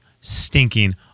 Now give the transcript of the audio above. stinking